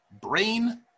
brain